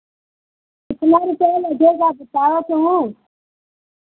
कितना रुपैया लगेगा बतावत हो